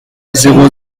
zéro